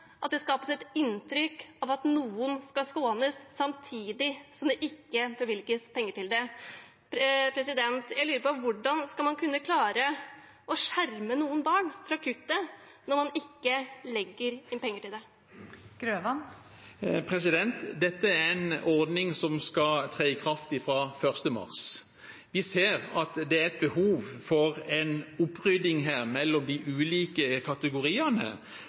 at det skapes et inntrykk av at noen skal skånes, samtidig som det ikke bevilges penger til det. Jeg lurer på: Hvordan skal man kunne klare å skjerme noen barn fra kuttet når man ikke legger inn penger til det? Dette er en ordning som skal tre i kraft fra 1. mars. Vi ser at det er behov for en opprydding her mellom de ulike kategoriene,